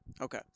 Okay